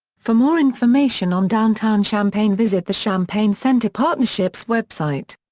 for more information on downtown champaign visit the champaign center partnerships website.